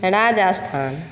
Rajasthan